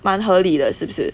蛮合理的是不是